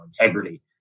integrity